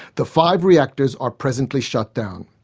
the five reactors are presently shut down.